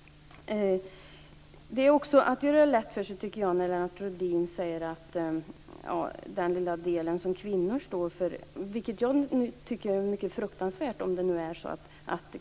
Lennart Rohdin gör det också lätt för sig genom att säga att en del kvinnor står för våldet. Det är fruktansvärt om